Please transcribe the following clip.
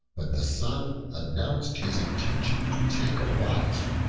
when the sun announced his intention to take a wife,